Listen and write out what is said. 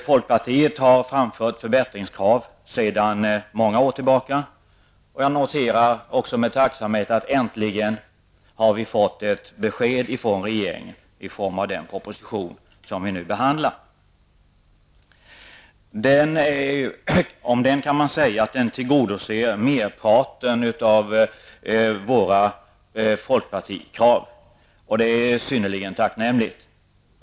Folkpartiet har framfört krav på förbättringar sedan många år tillbaka, och jag noterar med tacksamhet att vi nu äntligen har fått ett besked från regeringen i form av den proposition som vi nu behandlar. Om den kan sägas att den tillgodoser merparten av folkpartiets krav, och det är synnerligen tacknämligt.